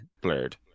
blurred